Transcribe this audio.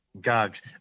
gags